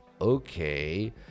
Okay